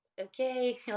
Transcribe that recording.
okay